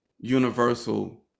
universal